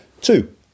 Two